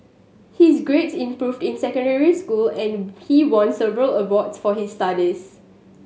his grades improved in secondary school and he won several awards for his studies